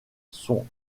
sont